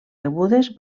rebudes